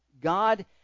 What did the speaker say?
God